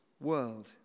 world